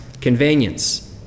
convenience